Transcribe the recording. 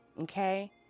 okay